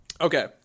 Okay